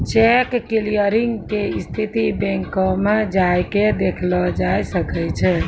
cheque clearing के स्थिति बैंको मे जाय के देखलो जाय सकै छै